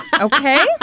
okay